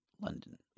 London